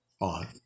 on